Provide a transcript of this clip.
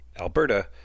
Alberta